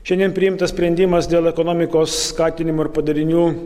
šiandien priimtas sprendimas dėl ekonomikos skatinimo ir padarinių